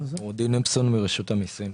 רודין נפסון מרשות המסים.